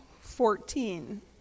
fourteen